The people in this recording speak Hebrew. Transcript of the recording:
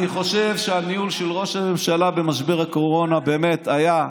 אני חושב שהניהול של ראש הממשלה במשבר הקורונה באמת היה,